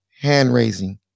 hand-raising